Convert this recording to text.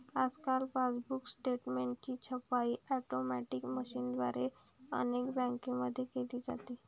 आजकाल पासबुक स्टेटमेंटची छपाई ऑटोमॅटिक मशीनद्वारे अनेक बँकांमध्ये केली जाते